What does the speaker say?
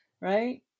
right